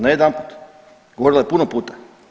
Ne jedanput, govorila je puno puta.